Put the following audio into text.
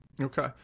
Okay